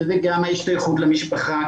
שזה גם ההשתייכות למשפחה,